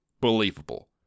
believable